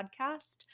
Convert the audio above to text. podcast